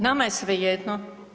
Nama je svejedno.